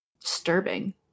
disturbing